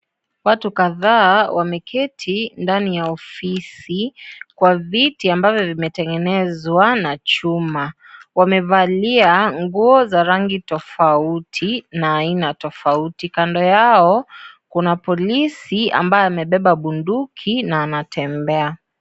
Watu kadhaa wameketi ndani ya ofisi kwa viti ambavyo vimetengenezwa na chuma wamevalia nguo za rangi tofauti na aina tofauti kando yao kuna polisi ambaye amebeba bunduki na anatembea.